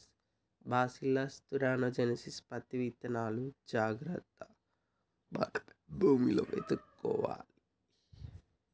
bacillus thuringiensis పత్తి విత్తనాలును జాగ్రత్తగా మనమే భూమిలో విత్తుకోవాలి